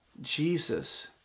Jesus